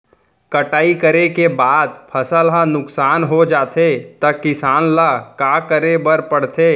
कटाई करे के बाद फसल ह नुकसान हो जाथे त किसान ल का करे बर पढ़थे?